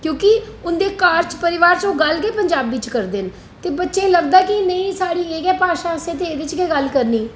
क्योंकि उंदे घार च परिवार च ओह् गल्ल गै पंजाबी च करदे ना ते बच्चें गी लगदा के साढ़ी एह् गे भाशा असें एह्दे च गै गल्ल करनी